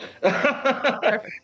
Perfect